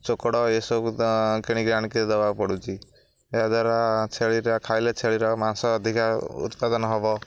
ଚୋକଡ଼ ଏସବୁ ତ କିଣିକି ଆଣିକିରି ଦେବାକୁ ପଡ଼ୁଛି ଏହାଦ୍ୱାରା ଛେଳିଟା ଖାଇଲେ ଛେଳିର ମାଂସ ଅଧିକା ଉତ୍ପାଦନ ହବ